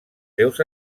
seus